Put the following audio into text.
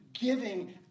giving